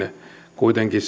kuitenkin